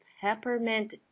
peppermint